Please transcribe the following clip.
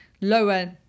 lower